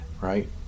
right